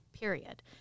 period